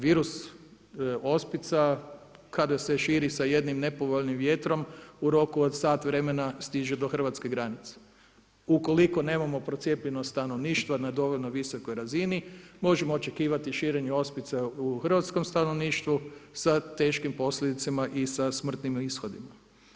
Virus ospica kada se širi sa jednim nepovoljnim vjetrom u roku od sat vremena stiže do hrvatske granice, ukoliko nemamo procjepljeno stanovništva na dovoljnoj visokoj razini možemo očekivati širenje ospica u hrvatskom stanovništvu sa teškim posljedicama i sa smrtnim ishodima.